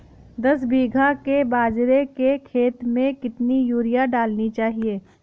दस बीघा के बाजरे के खेत में कितनी यूरिया डालनी चाहिए?